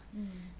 mmhmm